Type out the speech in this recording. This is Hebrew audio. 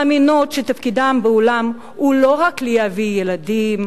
מאמינות שתפקידן בעולם הוא לא רק להביא ילדים,